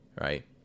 right